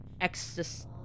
Exist